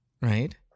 right